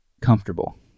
comfortable